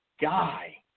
guy